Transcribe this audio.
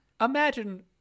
imagine